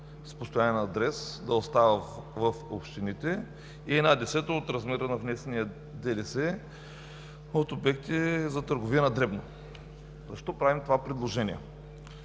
с постоянен адрес да остава в общините и една десета от размера на внесения ДДС от обекти за търговия на дребно. Защо правим това предложение?